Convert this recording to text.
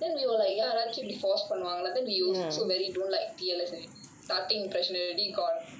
then we were like ya then we also very don't like T_L_S already starting impression gone